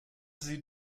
sie